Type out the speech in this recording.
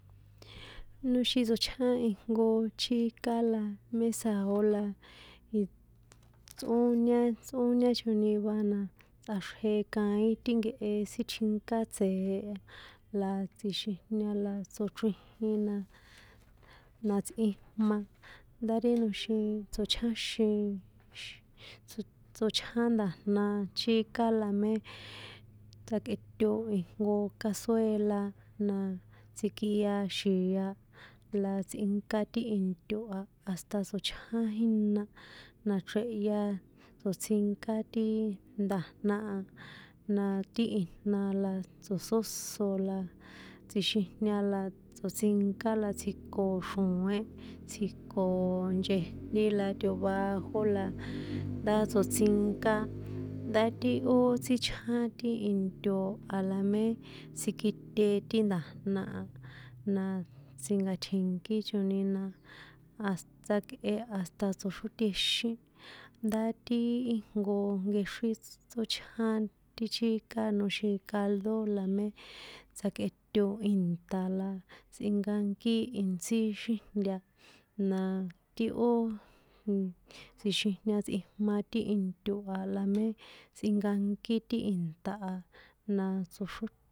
Ti noxin tsochján ijnko chíka la mé sao̱ la tsꞌóñá, tsꞌóña choni va la tsꞌaxrje kaín ti nkehe sítjinka tsee̱ a la tsjixinjña tsochrijin na, na tsꞌijma, ndá ri noxin tsochjáxin, tsochján nda̱jna chíka la mé tsjakꞌeto ijnko kasuéla na, tsikia xi̱a̱, la tsꞌinka ti into a, hasta tsochján jína nachruehya tsoṭsinká ti nda̱jna a, na ti ijna la tso̱sóso la, tsixijña latsoṭsinká la tsjiko xro̱én, tsjiko nchejntí la tovajó la ndá tsoṭsinká ndá ti ó tsíchján ti into a la mé tsikite ti nda̱jna a, na tsi̱nkaṭje̱nkí choni na, has na, tsjakꞌe hasta tsoxrótexín ndá ti ijnko nkexrín ts, tsochján ti chíka noxin caldo la mé tsjekꞌeto ìnṭa̱ la tsꞌinkankí intsí xíjnta, naa, ti ó, nn, tsjixijña tsꞌijma ti into a la mé tsꞌinkankí ti ìnṭa̱ a na.